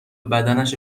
بدنش